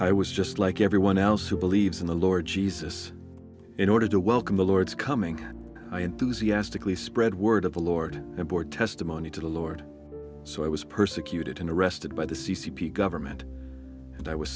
i was just like everyone else who believes in the lord jesus in order to welcome the lord's coming i enthusiastically spread word of the lord and board testimony to the lord so i was persecuted and arrested by the c c p government and i was